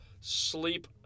Sleep